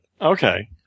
Okay